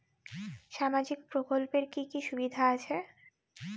সামাজিক প্রকল্পের কি কি সুবিধা আছে?